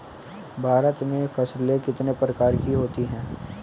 भारत में फसलें कितने प्रकार की होती हैं?